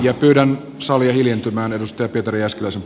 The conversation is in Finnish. käpylän sali hiljentymään edustaa pietari jääskeläisen